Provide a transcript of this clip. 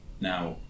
Now